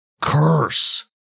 Curse